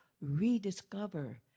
Rediscover